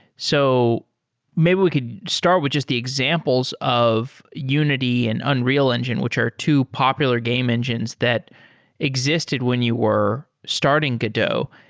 so maybe we could start with just the examples of unity and unreal engine, which are two popular game engines that existed when you were starting godot.